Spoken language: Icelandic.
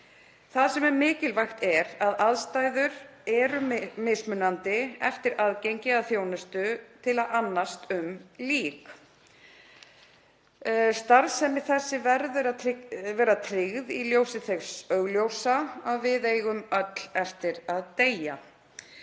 Það sem er mikilvægt er að aðstæður eru mismunandi og mismunandi aðgengi að þjónustu til að annast um lík. Starfsemi þessi verður að vera tryggð í ljósi þess augljósa, að við eigum öll eftir að deyja.